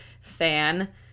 fan